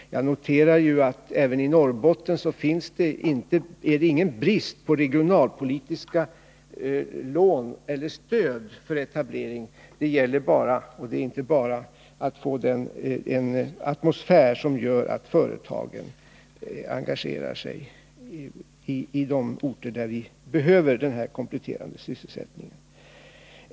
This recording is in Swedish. Jag noterar att inte heller i Norrbotten är det någon brist på regionalpolitiska lån eller regionalpolitiskt stöd för etablering. Det gäller bara — och det är för resten inte bara — att få en atmosfär som gör att företagen engagerar sig i de orter där vi behöver den här kompletterande sysselsättningen.